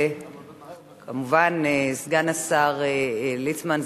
ומובן שסגן השר ליצמן,